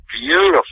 beautiful